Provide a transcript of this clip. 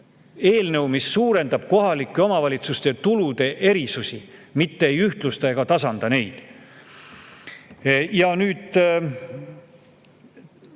eelnõu, mis suurendab kohalike omavalitsuste tulude erinevust, mitte ei ühtlusta ega tasanda neid. On üks